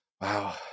wow